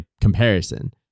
comparison